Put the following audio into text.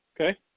Okay